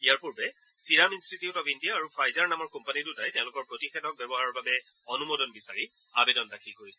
ইয়াৰ পূৰ্বে serum institute of India আৰু Pfizer নামৰ কোম্পানী দুটাই তেওঁলোকৰ প্ৰতিষেধক ব্যৱহাৰৰ বাবে অনুমোদন বিচাৰি আৱেদন দাখিল কৰিছিল